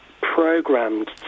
programmed